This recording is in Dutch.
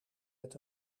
met